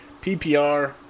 PPR